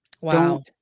Wow